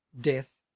death